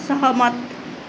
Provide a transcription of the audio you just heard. सहमत